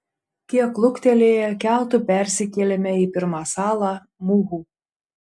kiek luktelėję keltu persikėlėme į pirmą salą muhu